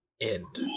end